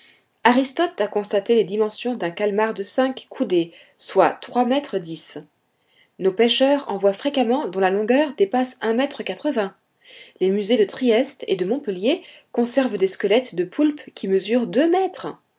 aristote a constaté les dimensions d'un calmar de cinq coudées soit trois mètres dix nos pêcheurs en voient fréquemment dont la longueur dépasse un mètre quatre-vingts les musées de trieste et de montpellier conservent des squelettes de poulpes qui mesurent deux mètres